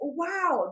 wow